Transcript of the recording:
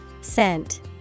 Scent